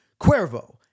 Cuervo